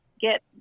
get